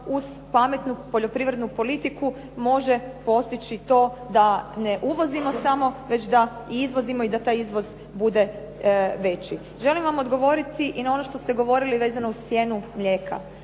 uz pametnu poljoprivrednu politiku može postići to da ne uvozimo samo već da i izvozimo i da taj izvoz bude veći. Želim vam odgovoriti i na ono što ste govorili vezano uz cijenu mlijeka.